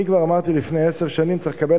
אני כבר אמרתי לפני עשר שנים: צריך לקבל